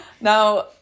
Now